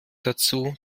dazu